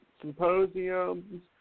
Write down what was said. symposiums